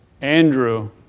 Andrew